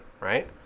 right